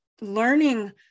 learning